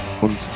Und